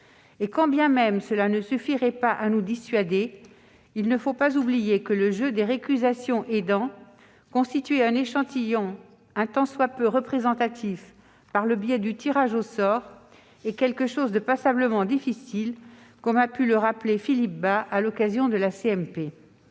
Quand bien même cela ne suffirait pas à nous dissuader, il ne faut pas oublier que, le jeu des récusations aidant, constituer un échantillon un tant soit peu représentatif par le biais du tirage au sort est quelque chose de passablement difficile, comme a pu le rappeler Philippe Bas à l'occasion de la CMP.